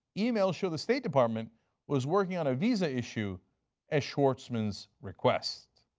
email show the state department was working on a visa issue at schwartzman's request.